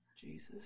Jesus